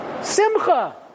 Simcha